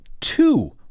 two